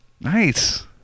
Nice